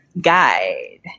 guide